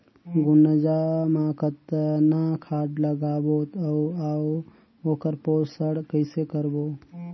गुनजा मा कतना खाद लगाबो अउ आऊ ओकर पोषण कइसे करबो?